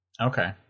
Okay